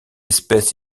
espèce